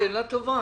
שאלה טובה.